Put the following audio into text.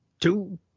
two